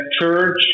church